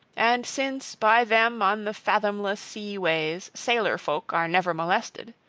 and since, by them on the fathomless sea-ways sailor-folk are never molested.